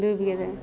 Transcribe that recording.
डुबि गेलय